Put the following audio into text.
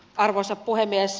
arvoisa puhemies